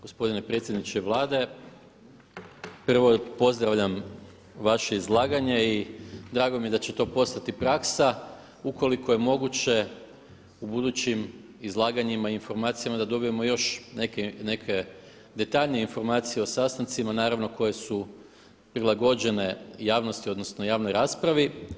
Gospodine predsjedniče Vlade, prvo pozdravljam vaše izlaganje i drago mi je da će to postati praksa, ukoliko je moguće u budućim izlaganjima i informacijama da dobijemo još neke detaljnije informacije o sastancima naravno koje su prilagođene javnosti odnosno javnoj raspravi.